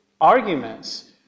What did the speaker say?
arguments